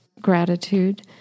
gratitude